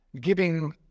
giving